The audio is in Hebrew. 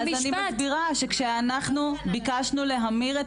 אז אני מסבירה שכשאנחנו ביקשנו להמיר את